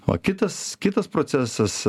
o kitas kitas procesas